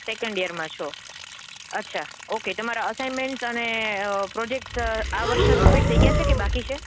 second યરમાં છો અચ્છા ઓકે તમારા અસાઈમેન્ટ્સ અને પ્રોજેક્ટ્સ આ વર્ષના સબમીટ થઈ ગયા છે કે બાકી છે